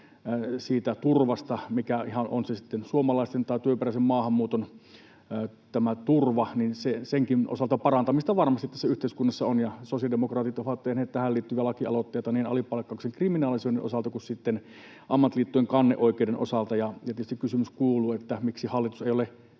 turvasta, on se sitten suomalaisten tai työperäisen maahanmuuton turva, niin senkin osalta parantamista varmasti tässä yhteiskunnassa on, ja sosiaalidemokraatit ovat tehneet tähän liittyviä lakialoitteita niin alipalkkauksen kriminalisoinnin osalta kuin sitten ammattiliittojen kanneoikeuden osalta. Tietysti kysymys kuuluu, miksi hallitus ei ole